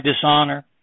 dishonor